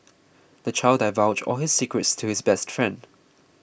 the child divulged all his secrets to his best friend